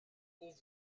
aux